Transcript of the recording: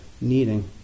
needing